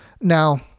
Now